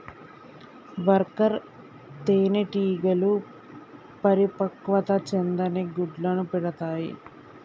worker తేనెటీగలు పరిపక్వత చెందని గుడ్లను పెడతాయి